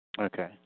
Okay